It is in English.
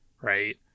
right